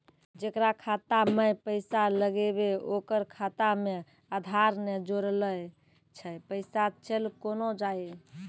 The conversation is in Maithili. जेकरा खाता मैं पैसा लगेबे ओकर खाता मे आधार ने जोड़लऽ छै पैसा चल कोना जाए?